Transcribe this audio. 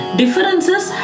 differences